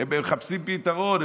הם מחפשים פתרון.